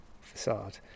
facade